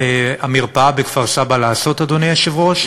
המרפאה בכפר-סבא לעשות, אדוני היושב-ראש?